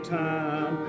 time